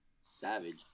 Savage